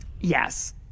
Yes